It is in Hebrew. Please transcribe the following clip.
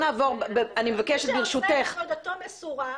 מי שעבודתו מסורה,